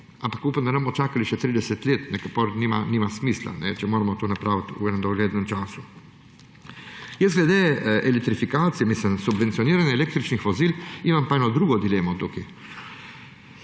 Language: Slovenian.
da ne bomo čakali še 30 let, ker potem nima smisla, če moramo to narediti v enem doglednem času. Glede elektrifikacije, subvencioniranja električnih vozil imam pa eno drugo dilemo tukaj.